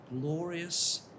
glorious